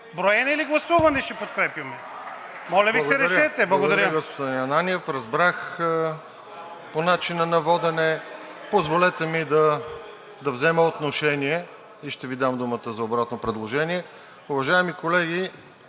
Броене или гласуване ще подкрепяме? Моля Ви се, решете. Благодаря.